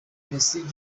misi